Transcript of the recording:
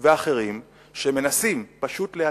ואחרים שמנסים פשוט להציק,